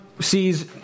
sees